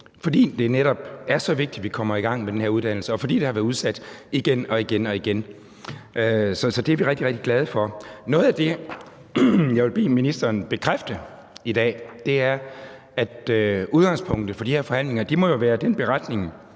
Det er netop så vigtigt, at vi kommer i gang med den her uddannelse, og det har været udsat igen og igen. Så det er vi rigtig, rigtig glade for. Noget af det, jeg vil bede ministeren bekræfte i dag, er, at udgangspunktet for de forhandlinger jo må være den beretning,